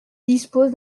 dispose